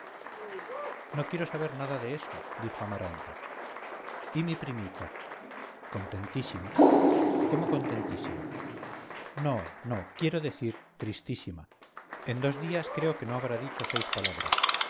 no quiero saber nada de eso dijo amaranta y mi primita contentísima cómo contentísima no no quiero decir tristísima en dos días creo que no habrá dicho seis palabras